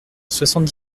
soixante